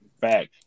Back